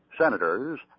senators